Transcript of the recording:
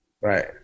Right